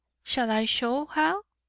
shall i show how?